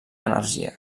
energia